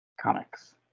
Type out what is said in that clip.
comics